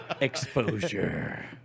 exposure